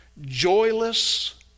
joyless